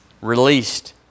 released